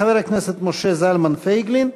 חבר הכנסת משה זלמן פייגלין,